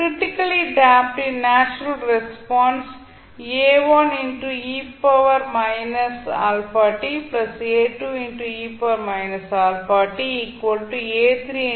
critically damped ன் natural response ஆகும்